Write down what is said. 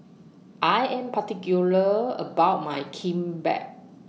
I Am particular about My Kimbap